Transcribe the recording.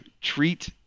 treat